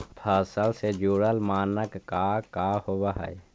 फसल से जुड़ल मानक का का होव हइ?